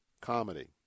comedy